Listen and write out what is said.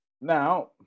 Now